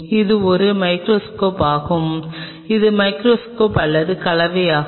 இது ஒரு மைகிரோஸ்கோப் ஆகும் இது மைகிரோஸ்கோப் அல்லது கலவை ஆகும்